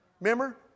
Remember